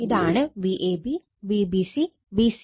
ഇതാണ് Vab Vbc Vca